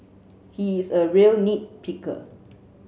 he is a real nit picker